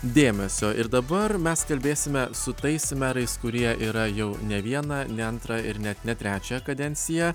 dėmesio ir dabar mes kalbėsime su tais merais kurie yra jau ne vieną ne antrą ir net ne trečią kadenciją